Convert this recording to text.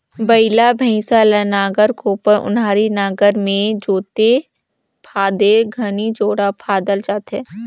बइला भइसा ल नांगर, कोपर, ओन्हारी नागर मे जोते फादे घनी जोड़ा फादल जाथे